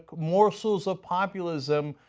morsels of populism.